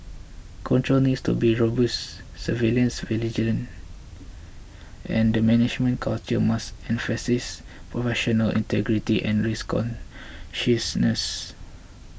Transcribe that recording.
controls need to be robust surveillance vigilant and the management culture must emphasise professional integrity and risk consciousness